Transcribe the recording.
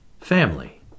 family